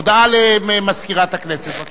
הודעה למזכירת הכנסת, בבקשה.